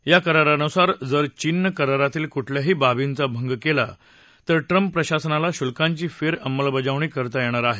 या करारानुसार जर चीननं करारातील कुठल्याही बाबीचा भंग केला तर ट्रम्प प्रशासनाला शुल्कांची फेरअंमलबजावणी करता येणार आहे